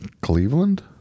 Cleveland